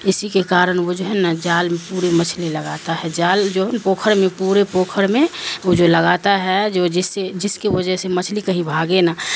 اسی کے کارن وہ جو ہے نا جال میں پورے مچھلی لگاتا ہے جال جو پوکھر میں پورے پوکھر میں وہ جو لگاتا ہے جو جس سے جس کی وجہ سے مچھلی کہیں بھاگے نا